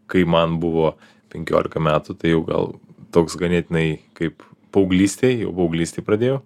kai man buvo penkiolika metų tai jau gal toks ganėtinai kaip paauglystėj jau paauglystėj pradėjau